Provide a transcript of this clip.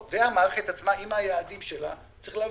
המערכת עצמה עם היעדים שלה, צריך להבין,